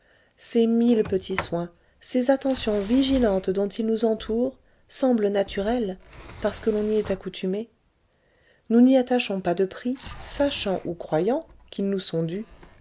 ces mille petits soins ces attentions vigilantes dont ils nous entourent semblent naturels parce que l'on y est accoutumé nous n'y attachons pas de prix sachant ou croyant qu'ils nous sont dus